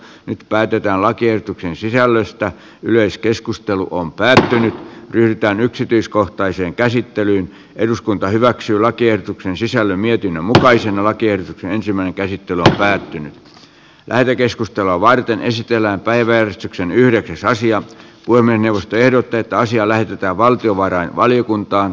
nyt päätetään lakiehdotuksen sisällöstä yleiskeskustelu on päättynyt pyritään yksityiskohtaiseen käsittelyyn eduskunta hyväksyy lakiehdotuksen sisällön mietinnön mukaisen alakierteen silmän kehittymätön päättynyt lähetekeskustelua varten esitellään päiväjärjestyksen yhdeksäs asian puiminen puhemiesneuvosto ehdottaa että asia lähetetään valtiovarainvaliokuntaan